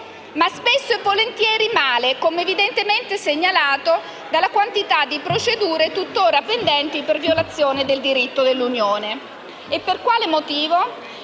ma spesso e volentieri male, come evidentemente segnalato dalla quantità di procedure tuttora pendenti per violazione del diritto dell'Unione. Per quale motivo?